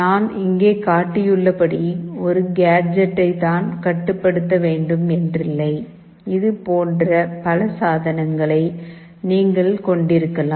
நான் இங்கே காட்டியுள்ளபடி ஒரு கேஜெட் ஐ தான் கட்டுப்படுத்த வேண்டும் என்றில்லை இதுபோன்ற பல சாதனங்களை நீங்கள் கொண்டிருக்கலாம்